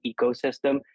ecosystem